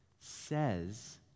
says